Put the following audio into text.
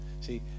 see